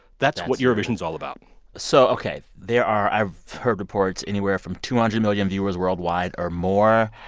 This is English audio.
that's. what eurovision is all about so ok. there are i've heard reports anywhere from two hundred million viewers worldwide or more.